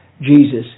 Jesus